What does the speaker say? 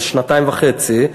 זה שנתיים וחצי,